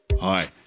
Hi